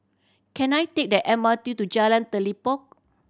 can I take the M R T to Jalan Telipok